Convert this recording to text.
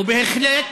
ובהחלט,